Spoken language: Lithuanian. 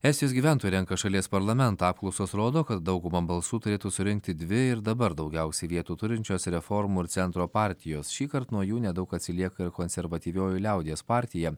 estijos gyventojai renka šalies parlamentą apklausos rodo kad daugumą balsų turėtų surinkti dvi ir dabar daugiausiai vietų turinčios reformų ir centro partijos šįkart nuo jų nedaug atsilieka ir konservatyvioji liaudies partija